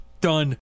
Done